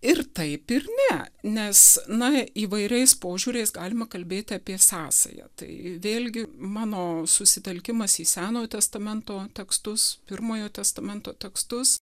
ir taip ir ne nes na įvairiais požiūriais galima kalbėti apie sąsają tai vėlgi mano susitelkimas į senojo testamento tekstus pirmojo testamento tekstus